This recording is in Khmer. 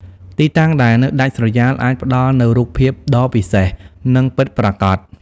ទីតាំងដែលនៅដាច់ស្រយាលអាចផ្តល់នូវរូបភាពដ៏ពិសេស និងពិតប្រាកដ។